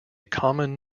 common